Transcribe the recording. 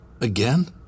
Again